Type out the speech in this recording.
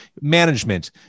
management